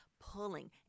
pulling